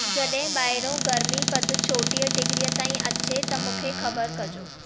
जॾहिं ॿाहिरियों गर्मी पदु चोटीह डिग्री ताईं अचे त मूंखे ख़बरु कजो